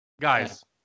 Guys